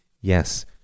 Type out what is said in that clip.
Yes